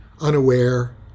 unaware